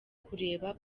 kureba